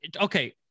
okay